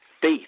faith